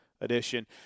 edition